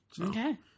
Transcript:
Okay